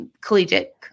collegiate